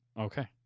okay